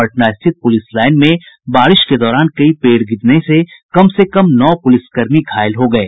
पटना स्थित police line में बारिश के दौरान कई पेड़ गिरने से कम से कम नौ पुलिसकर्मी घायल हो गये